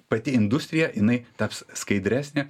pati industrija jinai taps skaidresnė